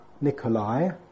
Nikolai